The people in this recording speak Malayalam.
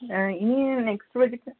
ഇനീ നെക്സ്റ്റ് പ്രോജക്ട്